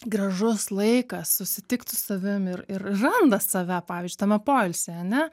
gražus laikas susitikt su savim ir ir randa save pavyzdžiui tame poilsyje ane